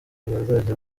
bazajya